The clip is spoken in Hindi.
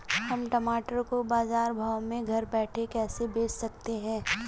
हम टमाटर को बाजार भाव में घर बैठे कैसे बेच सकते हैं?